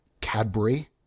Cadbury